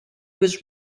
was